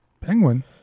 Penguin